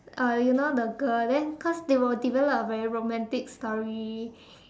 uh you know the girl then cause they will develop a very romantic story